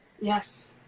Yes